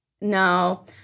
No